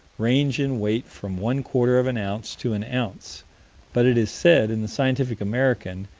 range in weight from one-quarter of an ounce to an ounce but it is said, in the scientific american,